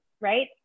right